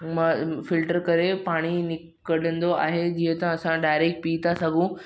filter करे पाणी निक कढंदो आहे जीअं त असां डायरेक्ट पी था सघूं